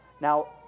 Now